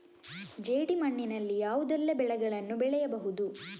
ಜೇಡಿ ಮಣ್ಣಿನಲ್ಲಿ ಯಾವುದೆಲ್ಲ ಬೆಳೆಗಳನ್ನು ಬೆಳೆಯಬಹುದು?